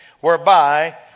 whereby